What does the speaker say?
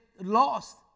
lost